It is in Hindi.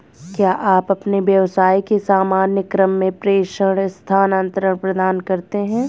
क्या आप अपने व्यवसाय के सामान्य क्रम में प्रेषण स्थानान्तरण प्रदान करते हैं?